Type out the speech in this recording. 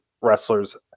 wrestlers